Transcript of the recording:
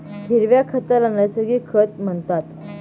हिरव्या खताला नैसर्गिक खत म्हणतात